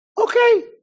okay